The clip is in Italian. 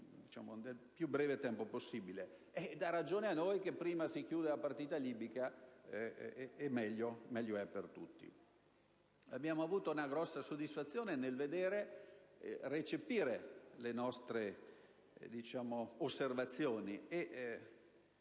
dà ragione a noi: prima si chiude la partita libica e meglio è per tutti. Abbiamo avuto una grossa soddisfazione nel vedere le nostre osservazioni